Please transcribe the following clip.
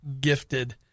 gifted –